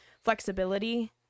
flexibility